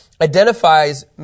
identifies